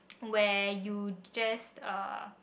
where you just uh